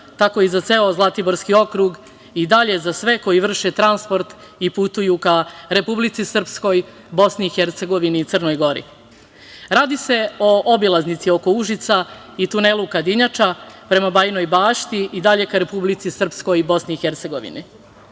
tako i za ceo Zlatiborski okrug i dalje za sve koji vrše transport i putuju ka Republici Srpskoj, BiH i Crnoj Gori. Radi se obilaznici oko Užica i tunelu „Kadinjača“ prema Bajinoj Bašti i dalje ka Republici Srpskoj i BiH.Aktivnosti